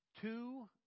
Two